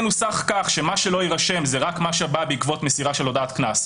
"אם זה ינוסח כך שמה שלא יירשם זה רק מה שבא בעקבות מסירה של הודעת קנס,